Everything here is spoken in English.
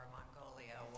Mongolia